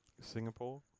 Singapore